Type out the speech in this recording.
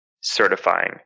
certifying